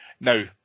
Now